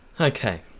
Okay